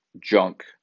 junk